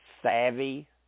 savvy